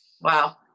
Wow